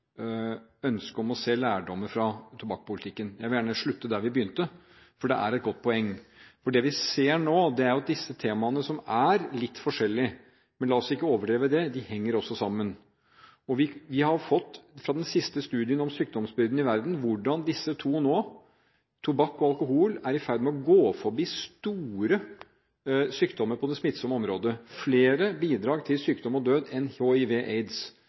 om å trekke lærdom fra tobakkspolitikken. Jeg vil gjerne slutte der vi begynte, for det er et godt poeng. Vi ser nå at disse temaene, som er litt forskjellige – men la oss ikke overdrive det – også henger sammen. Vi har sett i den siste studien om sykdomsbildene i verden hvordan disse to, tobakk og alkohol, nå er i ferd med å gå forbi store sykdommer på det smittsomme området og bidrar mer til sykdom og død enn